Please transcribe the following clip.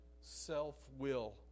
self-will